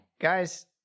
Guys